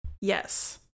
Yes